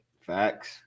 Facts